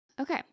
okay